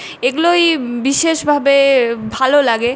এগুলোই বিশেষভাবে ভালো লাগে